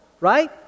right